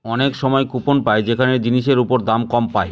অনেক সময় কুপন পাই যেখানে জিনিসের ওপর দাম কম পায়